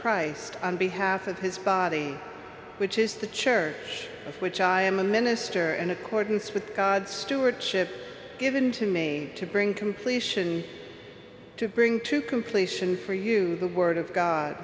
christ on behalf of his body which is the church of which i am a minister in accordance with god's stewardship given to me to bring completion to bring to completion for you the word of god